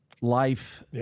life